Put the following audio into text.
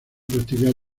practicar